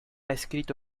escrito